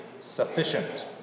sufficient